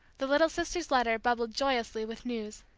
the little sister's letter bubbled joyously with news.